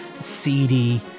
seedy